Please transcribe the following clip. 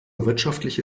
wirtschaftliche